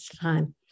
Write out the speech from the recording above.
time